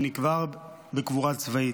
והיה נקבר בקבורה צבאית.